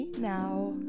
now